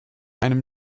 einem